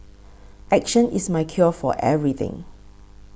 action is my cure for everything